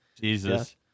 Jesus